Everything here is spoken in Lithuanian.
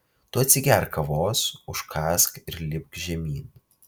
tu atsigerk kavos užkąsk ir lipk žemyn